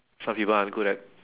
some people are good at